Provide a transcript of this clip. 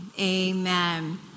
amen